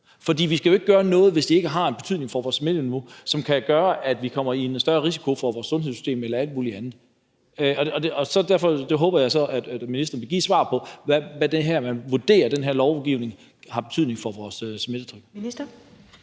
For vi skal jo ikke gøre noget, hvis det ikke har en betydning for vores smitteniveau, og heller ikke noget, som kan gøre, at det afstedkommer en større risiko for vores sundhedssystem eller alt muligt andet. Derfor håber jeg så, at ministeren vil give et svar på, hvad man vurderer den her lovgivning har af betydning for vores smittetal.